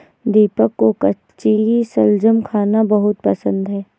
दीपक को कच्ची शलजम खाना बहुत पसंद है